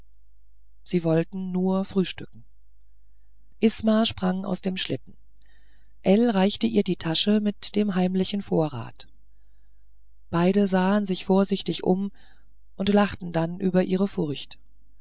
sie wollten nur frühstücken isma sprang aus dem schlitten ell reichte ihr die tasche mit dem heimlichen vorrat beide sahen sich vorsichtig um und lachten dann über ihre furcht